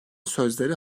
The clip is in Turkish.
sözleri